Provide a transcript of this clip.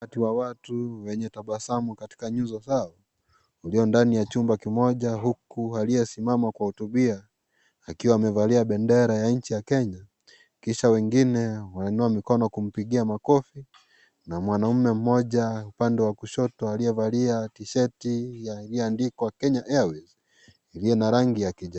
Umati wa watu wenye tabasamu katika nyuso zao, ulio ndani ya chumba kimoja huku aliosimama kuwahutubia, akiwa amevalia bendera ya nchi ya Kenya, kisha wengine wanainua mikono kumpigia makofi, na mwanaume mmoja, upande wa kushoto aliyevalia tisheti, ya lioandikwa Kenya Airways, ilio na rangi ya kija.